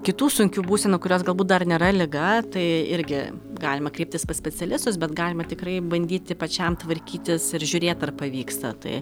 kitų sunkių būsenų kurios galbūt dar nėra liga tai irgi galima kreiptis pas specialistus bet galima ir tikrai bandyti pačiam tvarkytis ir žiūrėt ar pavyksta tai